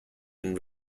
and